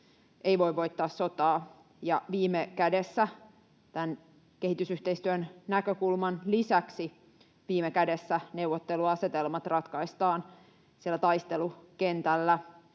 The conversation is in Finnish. ei voi voittaa sotaa, ja viime kädessä, tämän kehitysyhteistyön näkökulman lisäksi, neuvotteluasetelmat ratkaistaan siellä taistelukentällä,